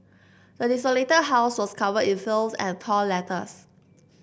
the desolated house was covered in filth and torn letters